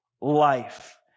life